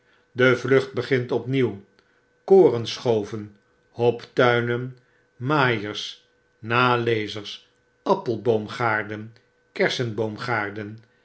de vlucht begint opnieuw korenschoven hoptuinen maaiers nalezers appelboomgaarden kersenboomgaarden